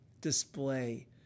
display